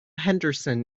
henderson